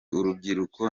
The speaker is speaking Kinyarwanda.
urubyiruko